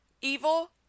evil